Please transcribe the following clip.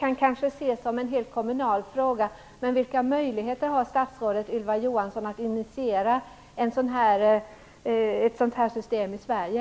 Det kanske kan ses som en kommunal fråga, men jag vill ändå fråga vilka möjligheter statsrådet Ylva Johansson har att initiera ett sådant här system i Sverige.